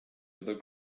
other